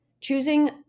choosing